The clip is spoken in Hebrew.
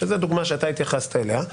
שזאת דוגמה שאתה התייחסת אליה,